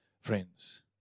friends